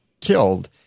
killed